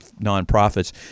nonprofits